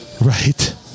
Right